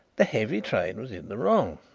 the heavy train was in the wrong.